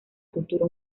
cultura